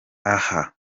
aha